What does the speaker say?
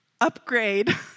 upgrade